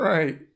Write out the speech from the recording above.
Right